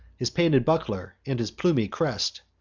his painted buckler, and his plumy crest.